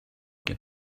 get